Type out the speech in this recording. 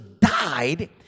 died